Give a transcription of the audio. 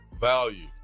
value